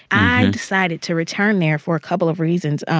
i decided to return there for a couple of reasons.